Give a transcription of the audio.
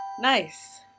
Nice